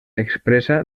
expressa